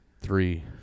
Three